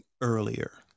earlier